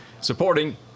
supporting